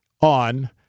on